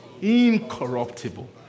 incorruptible